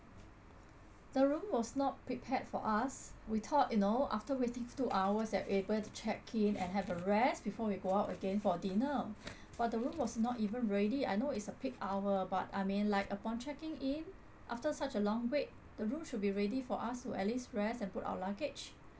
the room was not prepared for us we thought you know after waiting two hours we're able to check in and have a rest before we go out again for dinner but the room was not even ready I know it's a peak hour but I mean like upon checking in after such a long wait the room should be ready for us to at least rest and put our luggage